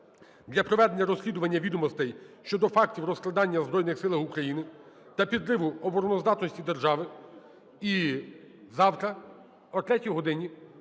для проведення розслідування відомостей щодо фактів розкрадання у Збройних Силах України та підриву обороноздатності держави. І завтра о 3 годині